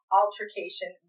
altercation